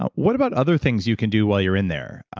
what about other things you can do while you're in there?